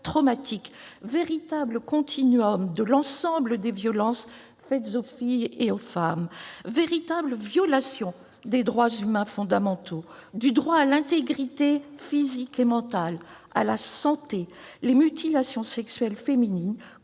véritable de l'ensemble des violences faites aux filles et aux femmes. Véritable violation des droits humains fondamentaux, du droit à l'intégrité physique et mentale, à la santé, les mutilations sexuelles féminines